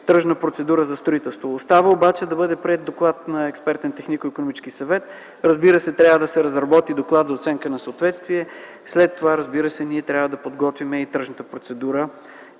тръжната процедура за строителство. Остава обаче да бъде приет доклад на Експертен технико-икономически съвет. Трябва да се разработи доклад за оценката на съответствието, след това трябва да подготвим и тръжната процедура